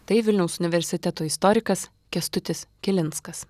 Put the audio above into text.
tai vilniaus universiteto istorikas kęstutis kilinskas